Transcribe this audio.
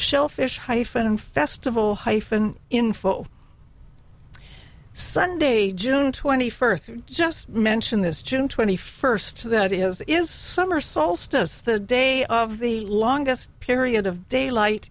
shellfish hyphen festival hyphen info sunday june twenty first just mention this june twenty first that is is summer solstice the day of the longest period of daylight